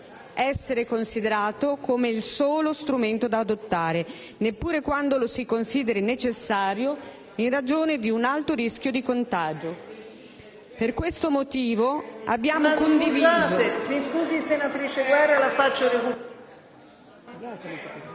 essere considerato come il solo strumento da adottare, neppure quando lo si consideri necessario in ragione di un alto rischio di contagio. Per questo motivo abbiamo condiviso,